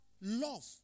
love